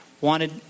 wanted